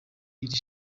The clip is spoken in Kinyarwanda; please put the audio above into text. iri